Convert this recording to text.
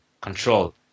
control